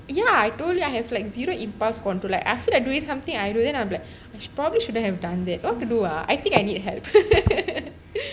ya I told you I have like zero impulse control I feel like doing something then I will be as probably shouldn't have done that want to do ah I think I need help